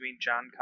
John